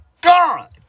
God